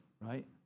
Right